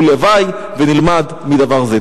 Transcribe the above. ולוואי ונלמד מדבר זה.